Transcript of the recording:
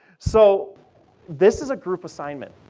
so this is a group assignment.